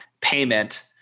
payment